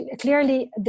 clearly